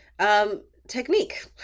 technique